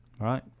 Right